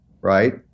right